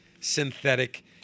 synthetic